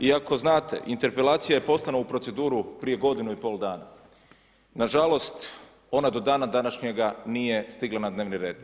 Iako znate, interpelacije poslana u proceduru prije godinu i pol dana, nažalost, ona do dana današnjega nije stigla na dnevni red.